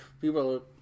people